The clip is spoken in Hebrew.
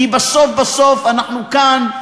כי בסוף בסוף אנחנו כאן,